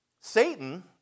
Satan